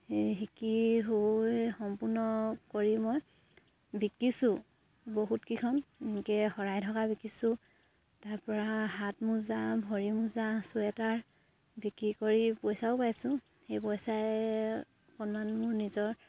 সেই শিকি হৈ সম্পূৰ্ণ কৰি মই বিকিছোঁ বহুতকেইখন এনেকৈ শৰাই ঢকা বিকিছোঁ তাৰপৰা হাতমোজা ভৰিমোজা চুৱেটাৰ বিক্ৰী কৰি পইচাও পাইছোঁ সেই পইচাই অকণমান মোৰ নিজৰ